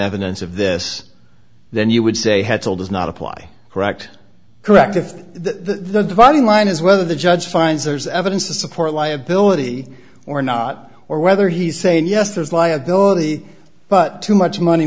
evidence of this then you would say had told does not apply correct correct if the dividing line is whether the judge finds there's evidence to support liability or not or whether he's saying yes there's liability but too much money